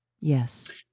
Yes